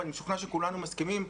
ואני משוכנע שכולנו מסכימים,